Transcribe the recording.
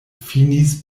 finis